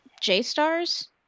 J-Stars